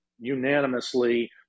unanimously